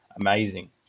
amazing